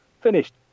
finished